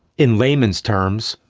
in layman's terms,